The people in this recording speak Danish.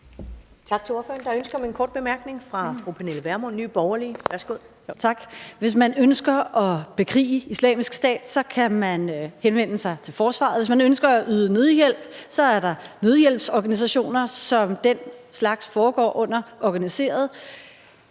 Tak til ordføreren. Der er ønske om en kort bemærkning fra fru Pernille Vermund, Nye Borgerlige. Værsgo. Kl. 15:11 Pernille Vermund (NB): Tak. Hvis man ønsker at bekrige Islamisk Stat, kan man henvende sig til forsvaret. Hvis man ønsker at yde nødhjælp, er der nødhjælpsorganisationer, som den slags foregår organiseret